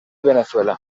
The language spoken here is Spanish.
venezuela